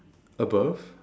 above